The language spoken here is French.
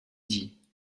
dis